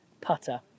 putter